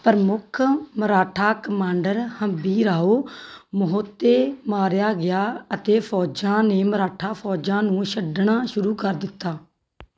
ਪ੍ਰਮੁੱਖ ਮਰਾਠਾ ਕਮਾਂਡਰ ਹੰਬੀਰਾਓ ਮੋਹਿਤੇ ਮਾਰਿਆ ਗਿਆ ਅਤੇ ਫੌਜਾਂ ਨੇ ਮਰਾਠਾ ਫੌਜਾਂ ਨੂੰ ਛੱਡਣਾ ਸ਼ੁਰੂ ਕਰ ਦਿੱਤਾ